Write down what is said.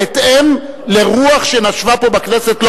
בהתאם לרוח שנשבה פה בכנסת,